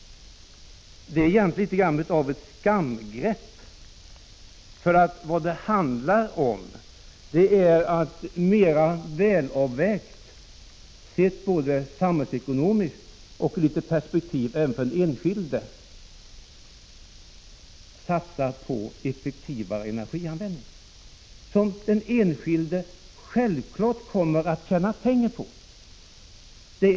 Det var egentligen ett skamgrepp. Vad det handlar om är nämligen att mera välavvägt, sett både samhällsekonomiskt och ur den enskildes perspektiv, satsa på effektivare energianvändning. Den enskilde kommer självfallet att tjäna pengar på detta.